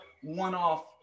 one-off